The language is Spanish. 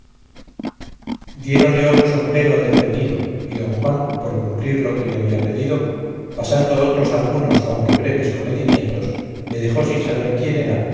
conocido diéronle otro sombrero al defendido y don juan por cumplir lo que le había pedido pasando otros algunos aunque breves comedimientos